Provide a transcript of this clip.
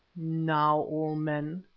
now all men,